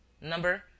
Number